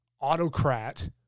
autocrat